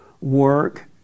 work